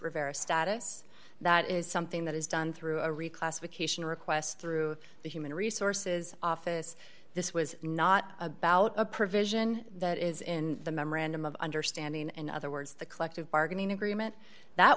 rivera status that is something that is done through a reclassification request through the human resources office this was not about a provision that is in the memorandum of understanding and other words the collective bargaining agreement that